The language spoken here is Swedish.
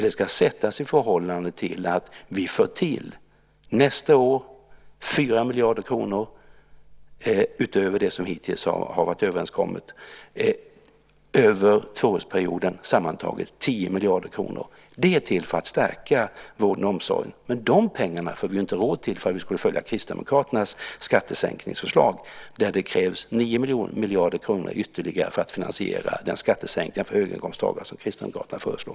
Det ska sättas i förhållande till att vi nästa år för till 4 miljarder utöver det som hittills varit överenskommet, och över tvåårsperioden sammantaget 10 miljarder kronor. Det är till för att stärka vården och omsorgen. De pengarna får vi inte råd med om vi skulle följa Kristdemokraternas skattesänkningsförslag där det krävs 9 miljarder kronor ytterligare för att finansiera den skattesänkning för höginkomsttagare som man föreslår.